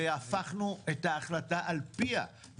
והפכנו את ההחלטה על-פיה,